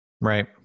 Right